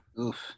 Oof